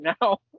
now